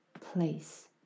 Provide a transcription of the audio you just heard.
place